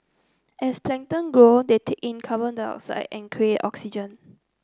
as plankton grow they take in carbon dioxide and create oxygen